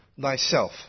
thyself